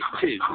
two